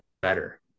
better